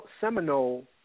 Seminole